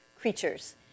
creatures